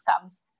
comes